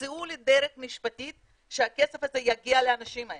תמצאו לי דרך משפטית שהכסף הזה יגיע לאנשים האלה.